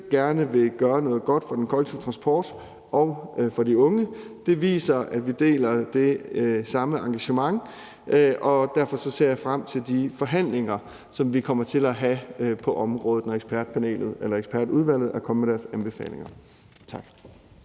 gerne vil gøre noget godt for den kollektive transport og for de unge, og det viser, at vi deler det samme engagement, og derfor ser jeg frem til de forhandlinger, som vi kommer til at have på området, når ekspertudvalget er kommet med deres anbefalinger. Tak.